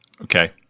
Okay